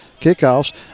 kickoffs